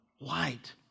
Light